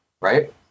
Right